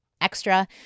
extra